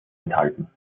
enthalten